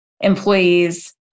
employees